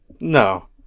No